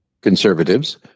conservatives